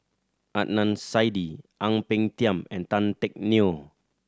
Adnan Saidi Ang Peng Tiam and Tan Teck Neo